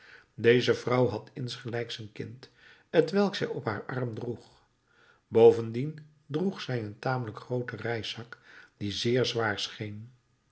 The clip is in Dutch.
deze vrouw had insgelijks een kind t welk zij op haar arm droeg bovendien droeg zij een tamelijk grooten reiszak die zeer zwaar